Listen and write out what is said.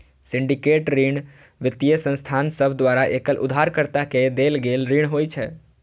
syndicate ऋण वित्तीय संस्थान सभ द्वारा एकल उधारकर्ता के देल गेल ऋण होइ छै